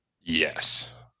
Yes